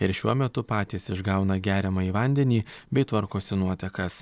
ir šiuo metu patys išgauna geriamąjį vandenį bei tvarkosi nuotekas